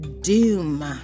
Doom